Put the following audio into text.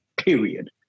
Period